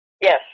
Yes